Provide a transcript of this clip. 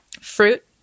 Fruit